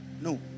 no